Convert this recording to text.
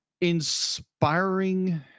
inspiring